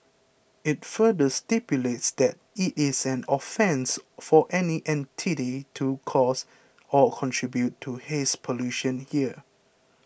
it further stipulates that it is an offence for any entity to cause or contribute to haze pollution here